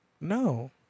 No